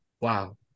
wow